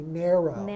narrow